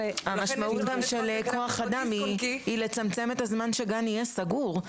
המשמעות גם של כוח-אדם היא לצמצם את הזמן שגן יהיה סגור.